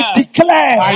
declare